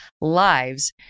lives